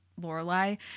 Lorelai